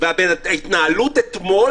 ההתנהלות אתמול